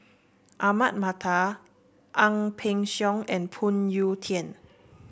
Ahmad Mattar Ang Peng Siong and Phoon Yew Tien